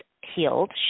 healed